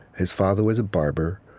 his father was a barber.